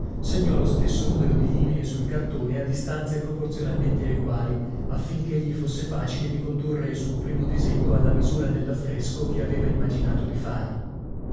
segnò lo stesso numero di linee sul cartone a distanze proporzionatamente eguali affinchè gli fosse facile di condurre il suo primo disegno alla misura dell'affresco che aveva immaginato di fare